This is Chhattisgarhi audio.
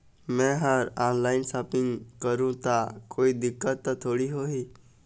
मैं हर ऑनलाइन शॉपिंग करू ता कोई दिक्कत त थोड़ी होही?